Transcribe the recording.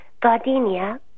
gardenia